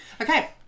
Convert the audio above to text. Okay